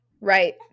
Right